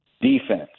defense